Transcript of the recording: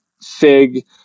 fig